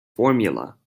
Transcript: formula